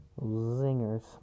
zingers